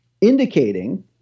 indicating